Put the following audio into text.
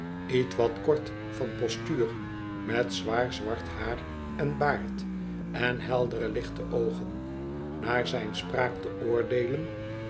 ietwat kort van postuur met zwaar zwart haar en baard en heldere lichte oogen naar zijn spraak te oordeel